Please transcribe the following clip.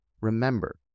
Remember